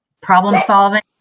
problem-solving